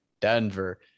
Denver